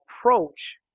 approach